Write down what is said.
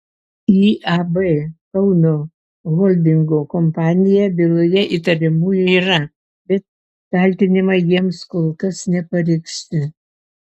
iab kauno holdingo kompanija byloje įtariamųjų yra bet kaltinimai jiems kol kas nepareikšti